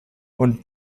und